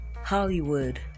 Hollywood